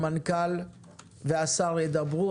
והמנכ"ל והשר ידברו.